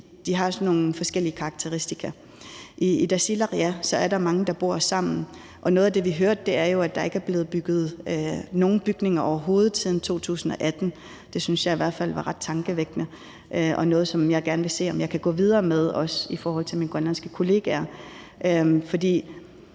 sådan nogle forskellige karakteristika. I Tasiilaq er der, ja, mange, som bor sammen, og noget af det, vi hørte, er jo, at der ikke er blevet bygget nogen bygninger overhovedet siden 2018. Det synes jeg i hvert fald var ret tankevækkende, og det er noget, som jeg gerne vil se om jeg kan gå videre med, også i forhold til mine grønlandske kollegaer.